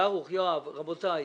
יואב, רבותיי,